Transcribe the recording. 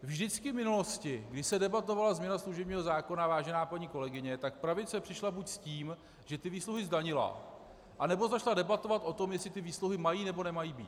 Vždycky v minulosti, když se debatovala změna služebního zákona, vážená paní kolegyně, tak pravice přišla buď s tím, že ty výsluhy zdanila, anebo začala debatovat o tom, jestli ty výsluhy mají, nebo nemají být.